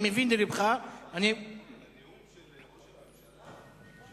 שאתה מקווה שזו הפעם האחרונה שאתה עושה את זה.